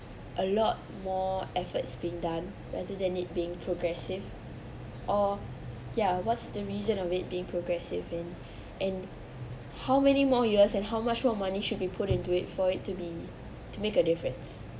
a lot more efforts being done rather than it being progressive or ya what's the reason of it being progressive and and how many more years and how much more money should be put into it for it to be to make a difference